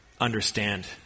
understand